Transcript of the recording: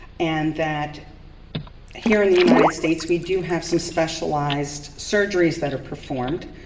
and that here in the united states we do have some specialized surgeries that are performed,